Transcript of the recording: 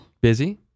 Busy